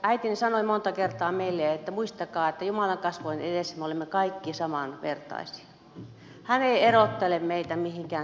äitini sanoi monta kertaa meille että muistakaa että jumalan kasvojen edessä me olemme kaikki samanvertaisia hän ei erottele meitä mihinkään suuntaan